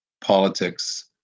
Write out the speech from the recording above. politics